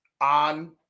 on